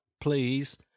please